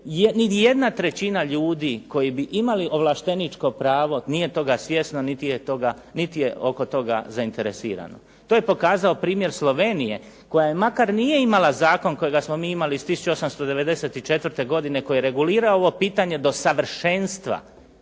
jedna trećina ljudi koji bi imali ovlašteničko pravo nije toga svjesno niti je oko toga zainteresirano. To je pokazao primjer Slovenije, koja makar nije imala zakon kojega smo mi imali iz 1894. godine koji je regulirao ovo pitanje do savršenstva,